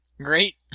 Great